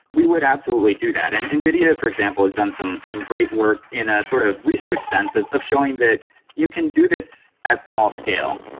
we would absolutely do that. and nvidia, for example, has done some some great work in a sort of research sense of of showing that you can do this at small scale.